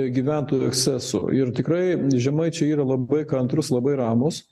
gyventojų ekscesų ir tikrai žemaičiai yra labai kantrūs labai ramūs